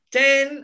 ten